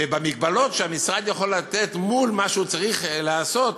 ובמגבלות שהמשרד יכול לתת מול מה שהוא צריך לעשות,